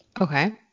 Okay